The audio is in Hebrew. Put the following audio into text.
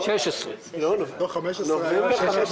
ב-2015, נובמבר.